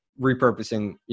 repurposing